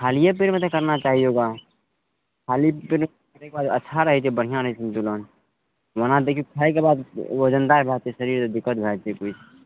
खालिये पेटमे तऽ करना चाही योगा खाली पेटमे करयके बाद अच्छा रहय छै बढ़िआँ रहय छै सन्तुलन ओना देखियौ खायके बाद वजनदार भए छै शरीर दिक्कत भए छै किछु